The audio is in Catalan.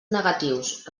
negatius